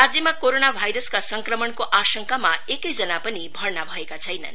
राज्यमा कोरोना भाइरसको संक्रमणको आशंकामा एकैजना पनि भर्ना भएका छैनन्